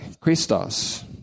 Christos